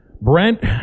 Brent